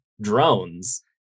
drones